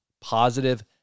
positive